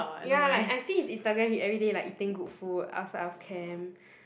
ya like I see his Instagram he every day like eating good food outside of camp